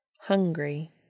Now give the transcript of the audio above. hungry